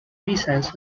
missiles